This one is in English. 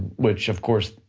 which of course,